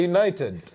United